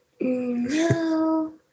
No